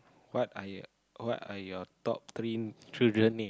what are your what are your top three children mean